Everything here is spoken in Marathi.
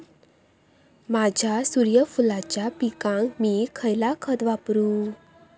माझ्या सूर्यफुलाच्या पिकाक मी खयला खत वापरू?